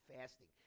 fasting